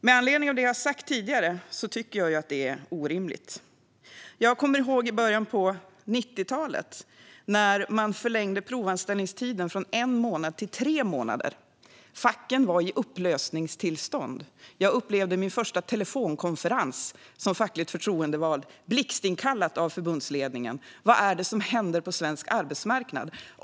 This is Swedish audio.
Med anledning av det jag sagt tidigare tycker jag att det är orimligt. Jag kommer ihåg när man i början av 90-talet förlängde provanställningstiden från en till tre månader. Facken var i upplösningstillstånd. Jag upplevde min första telefonkonferens som fackligt förtroendevald, blixtinkallad av förbundsledningen: Vad är det som händer på svensk arbetsmarknad?